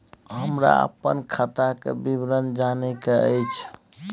हमरा अपन खाता के विवरण जानय के अएछ?